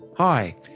Hi